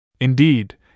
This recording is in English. Indeed